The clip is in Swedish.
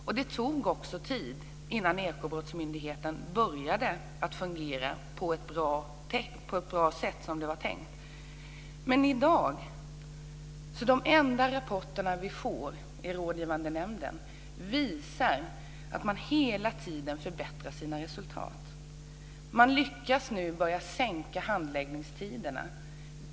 Och det tog också tid innan Ekobrottsmyndigheten började fungera på ett bra sätt och så som det var tänkt. Men de enda rapporter vi får i dag i Rådgivande nämnden visar att man hela tiden förbättrar sina resultat. Man lyckas nu börja sänka handläggningstiderna.